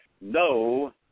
No